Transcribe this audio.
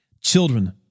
Children